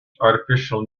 artificial